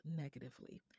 negatively